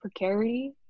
precarity